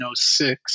1906